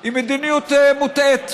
היא מדיניות מוטעית.